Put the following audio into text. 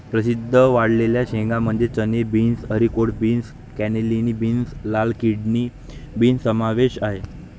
प्रसिद्ध वाळलेल्या शेंगांमध्ये चणे, beans, haricot beans, cannellini beans, लाल किडनी बीन्स समावेश आहे